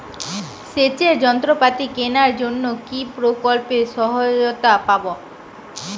সেচের যন্ত্রপাতি কেনার জন্য কি প্রকল্পে সহায়তা পাব?